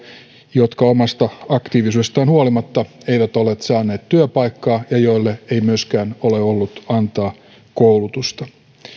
jotka omasta aktiivisuudestaan huolimatta eivät ole saaneet työpaikkaa ja joille ei myöskään ole ollut antaa koulutusta